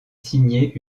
signé